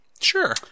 Sure